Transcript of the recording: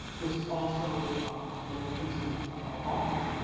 which is also the location of our office.